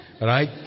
right